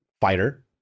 fighter